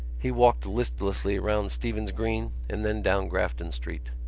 he walked listlessly round stephen's green and then down grafton street.